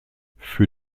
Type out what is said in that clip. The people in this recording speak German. für